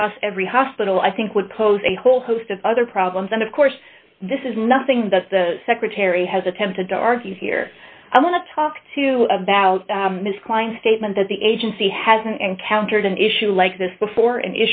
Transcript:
across every hospital i think would pose a whole host of other problems and of course this is nothing that the secretary has attempted to argue here i want to talk to about ms klein statement that the agency hasn't encountered an issue like this before an